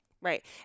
Right